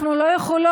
אנחנו לא יכולות